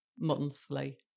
monthly